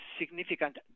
significant